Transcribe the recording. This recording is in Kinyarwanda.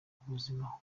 ubuzima